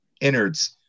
innards